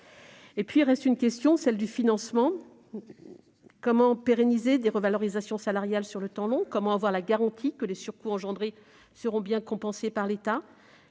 sans des moyens humains et financiers. Comment pérenniser des revalorisations salariales sur le temps long ? Comment avoir la garantie que les surcoûts engendrés seront bien compensés par l'État ?